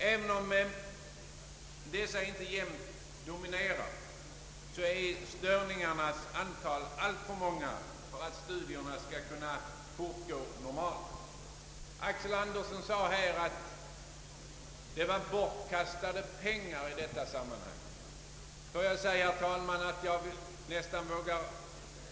även om dessa inte jämt dominerar, är störningarnas antal alltför många för att studierna skall kunna fortgå normalt. Herr Axel Andersson framhöll att det i detta sammanhang var fråga om bortkastade pengar.